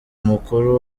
mukuru